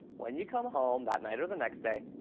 when you come home that night or the next day,